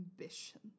ambition